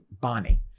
Bonnie